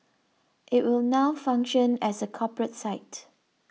it will now function as a corporate site